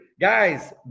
Guys